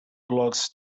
blocks